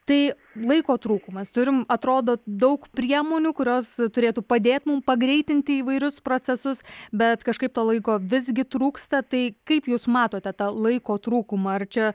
tai laiko trūkumas turim atrodo daug priemonių kurios turėtų padėt mums pagreitinti įvairius procesus bet kažkaip to laiko visgi trūksta tai kaip jūs matote tą laiko trūkumą ar čia